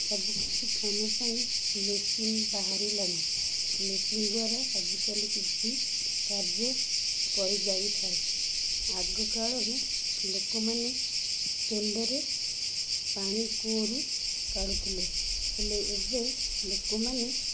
ସବୁକିଛି କାମ ପାଇଁ ମେସିନ୍ ବାହାରିଲାଣି ମେସିନ୍ ଦ୍ୱାରା ଆଜିକାଲି କୃଷି କାର୍ଯ୍ୟ କରିଯାଇଥାଏ ଆଗ କାଳରେ ଲୋକମାନେ ତେଣ୍ଡରେ ପାଣି କୂଅଁରୁ କାଢ଼ୁଥିଲେ ହେଲେ ଏବେ ଲୋକମାନେ